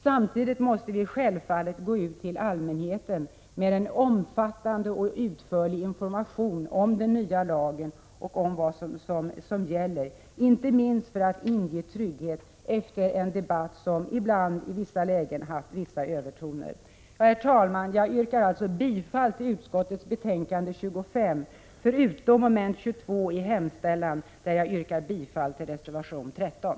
Samtidigt måste vi självfallet gå ut till allmänheten med en omfattande och utförlig information om den nya lagen och om vad som gäller, inte minst för att inge trygghet efter en debatt som i en del lägen ibland haft vissa övertoner. Herr talman! Jag yrkar bifall till hemställan i utskottets betänkande 25, förutom vad gäller mom. 22, där jag yrkar bifall till reservation 13.